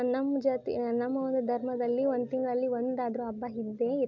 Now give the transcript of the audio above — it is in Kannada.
ನಮ್ಮ ಜಾತಿಯ ನಮ್ಮ ಒಂದು ಧರ್ಮದಲ್ಲಿ ಒಂದು ತಿಂಗಳಲ್ಲಿ ಒಂದು ಆದರೂ ಹಬ್ಬ ಇದ್ದೇ ಇರುತ್ತೆ